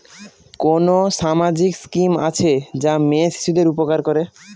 কোন সামাজিক স্কিম আছে যা মেয়ে শিশুদের উপকার করে?